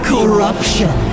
Corruption